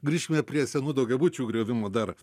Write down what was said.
grįškime prie senų daugiabučių griovimo dar